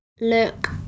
look